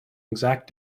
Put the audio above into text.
exact